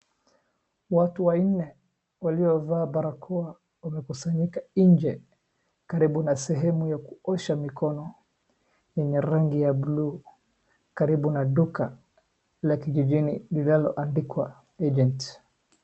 Watu wanne waliovaa barakoa wamekusanyika nje, karibu na sehemu ya kuosha mikono, yenye rangi ya buluu, karibu na duka la kijijini linaloandikwa agent .